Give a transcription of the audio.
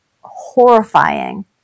horrifying